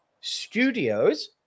studios